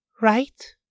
right